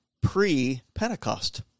pre-Pentecost